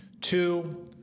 Two